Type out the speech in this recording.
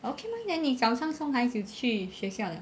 okay lor then 你早上送孩子去学校了